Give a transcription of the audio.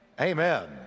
amen